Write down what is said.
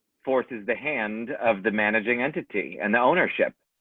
forces the hand of the managing entity and the ownership.